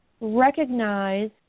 recognize